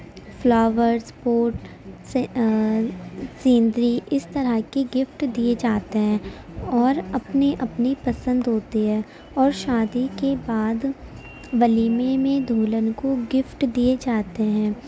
flowers pot scenery اس طرح کی گفٹ دیے جاتے ہیں اور اپنی اپنی پسند ہوتی ہے اور شادی کے بعد ولیمے میں دولہن کو گفٹ دیے جاتے ہیں